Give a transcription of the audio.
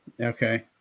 Okay